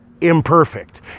imperfect